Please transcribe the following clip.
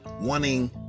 wanting